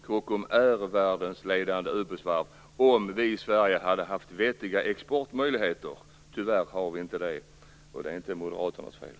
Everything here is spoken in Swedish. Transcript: Kockums skulle vara världens ledande ubåtsvarv - om vi i Sverige hade haft vettiga exportmöjligheter! Tyvärr har vi inte det, och det är inte moderaternas fel.